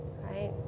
right